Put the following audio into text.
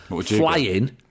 flying